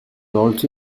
also